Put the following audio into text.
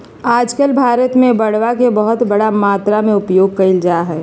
आजकल भारत में बांडवा के बहुत बड़ा मात्रा में उपयोग कइल जाहई